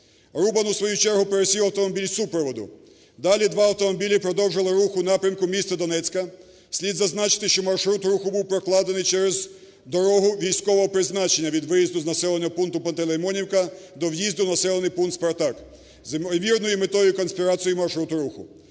Рубан у свою чергу пересів в автомобіль супроводу. Далі два автомобілі продовжили рух у напрямку міста Донецька. Слід зазначити, що маршрут руху був прокладений через дорогу військового призначення від виїзду з населеного пункту Пантелеймонівка до в'їзду в населений пункт Спартак з імовірною метою конспірації маршруту руху.